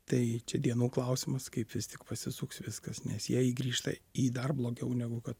tai čia dienų klausimas kaip vis tik pasisuks viskas nes jei grįžta į dar blogiau negu kad